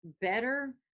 better